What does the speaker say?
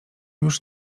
już